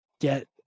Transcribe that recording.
get